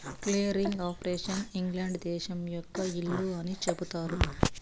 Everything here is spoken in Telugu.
క్లియరింగ్ ఆపరేషన్ ఇంగ్లాండ్ దేశం యొక్క ఇల్లు అని చెబుతారు